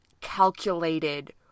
Calculated